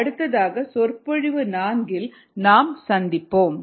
அடுத்ததாக சொற்பொழிவு 4 இல் நாம் சந்திப்போம்